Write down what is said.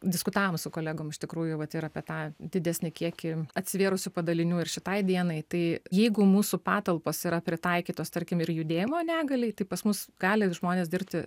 diskutavom su kolegom iš tikrųjų vat ir apie tą didesnį kiekį atsivėrusių padalinių ir šitai dienai tai jeigu mūsų patalpos yra pritaikytos tarkim ir judėjimo negaliai tai pas mus gali žmonės dirbti